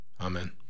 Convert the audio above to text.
Amen